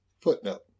Footnote